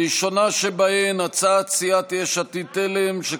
הראשונה שבהן, הצעת סיעת יש עתיד-תל"ם, שכותרתה: